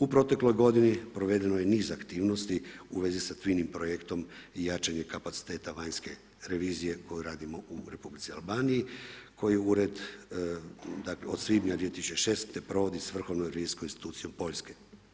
U protekloj godini provedeno je niz aktivnosti u vezi sa Twinning projektom i jačanje kapaciteta vanjske revizije koju radimo u Republici Albaniji koji Ured od svibnja 2016. provodi s vrhovnom revizijskom institucijom Poljske.